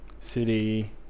City